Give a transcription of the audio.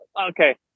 okay